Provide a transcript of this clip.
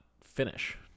finish